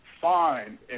fine